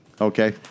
Okay